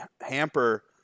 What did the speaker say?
hamper